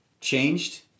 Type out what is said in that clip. changed